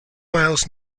miles